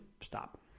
stop